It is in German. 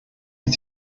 ist